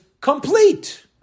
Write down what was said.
complete